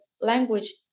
language